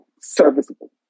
serviceable